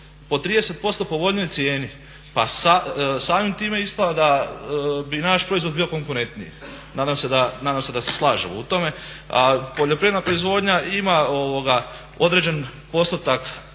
po 30% povoljnijoj cijeni, pa samim time ispada da bi naš proizvod bio konkurentniji. Nadam se da se slažemo u tome. Poljoprivredna proizvodnja ima određen postotak